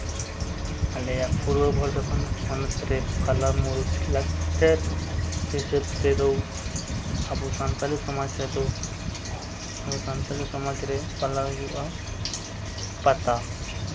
ᱟᱞᱮᱭᱟᱜ ᱯᱩᱨᱵᱚ ᱵᱚᱨᱫᱷᱚᱢᱟᱱ ᱦᱚᱱᱚᱛ ᱨᱮ ᱯᱷᱟᱞᱟ ᱢᱩᱬᱩᱫ ᱞᱟᱠᱪᱟᱨ ᱦᱤᱥᱟᱹᱵᱽ ᱛᱮᱫᱚ ᱟᱵᱚ ᱥᱟᱱᱛᱟᱞᱤ ᱥᱚᱢᱟᱡᱽ ᱨᱮᱫᱚ ᱟᱵᱚ ᱥᱟᱱᱛᱟᱞᱤ ᱥᱚᱢᱟᱡᱽ ᱨᱮ ᱯᱟᱞᱟᱣ ᱦᱩᱭᱩᱜᱼᱟ ᱯᱟᱛᱟ